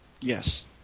Yes